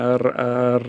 ar ar